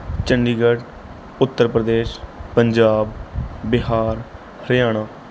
Chandigarh Uttar Pradesh Punjab Bihar Haryana